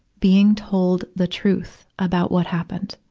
being told the truth about what happened,